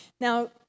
Now